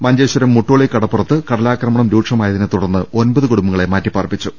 മഞ്ചേശ്വരം മുട്ടോളി കടപ്പു റത്ത് കടലാക്രമണം രൂക്ഷമായതിനെ തുടർന്ന് ഒൻപത് കുടുംബങ്ങളെ മാറ്റി പ്പാർപ്പിച്ചു